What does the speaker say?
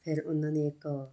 ਫਿਰ ਉਹਨਾਂ ਨੇ ਇੱਕ